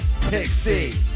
Pixie